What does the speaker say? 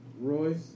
Royce